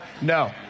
no